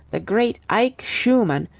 the great ike schumann,